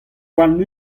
warn